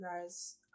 guys